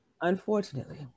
unfortunately